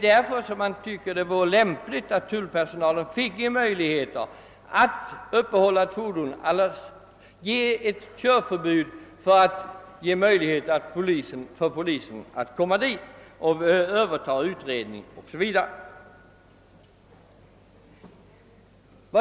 Därför vore det lämpligt att tullpersonalen fick uppehålla ett fordon och meddela körförbud för att ge polisen möjlighet att ingripa, överta utredningen 0. s. V.